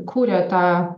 kuria tą